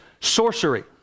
sorcery